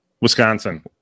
Wisconsin